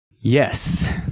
Yes